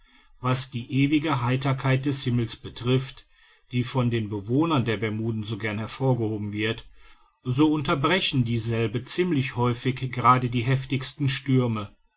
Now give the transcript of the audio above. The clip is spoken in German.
was die ewige heiterkeit des himmels betrifft die von den bewohnern der bermuden so gern hervorgehoben wird so unterbrechen dieselbe ziemlich häufig gerade die heftigsten stürme